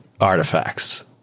artifacts